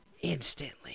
instantly